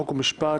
חוק ומשפט,